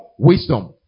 Wisdom